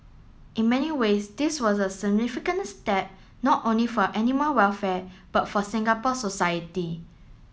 in many ways this was a significant step not only for animal welfare but for Singapore society